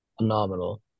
Phenomenal